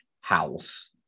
House